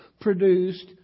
produced